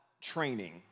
training